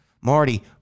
marty